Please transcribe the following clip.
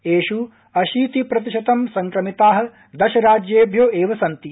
एषु अशीतिप्रतिशतं संक्रमिता दशराख्यभ्यो एव सन्ति